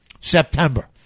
September